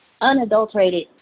unadulterated